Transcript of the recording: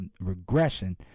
regression